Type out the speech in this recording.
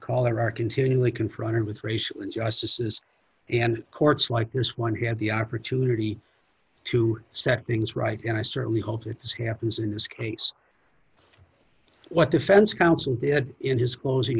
color are continually confronted with racial injustices and courts like this one have the opportunity to set things right and i certainly hope that this happens in this case what defense council did in his closing